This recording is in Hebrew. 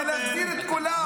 רק מחבל מדבר ככה.